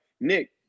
Nick